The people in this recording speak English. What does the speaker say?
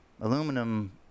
Aluminum